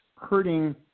hurting